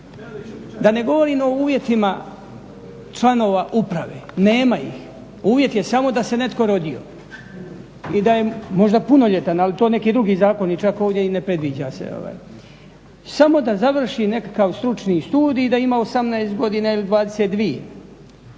Da ne govorim o uvjetima članova uprave, nema ih. Uvjet je samo da se netko rodio i da je možda punoljetan, ali to neki drugi zakoni čak ovdje i ne predviđa se. Samo da završi nekakav stručni studij i da ima 18 godina ili 22,